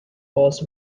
was